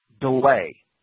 delay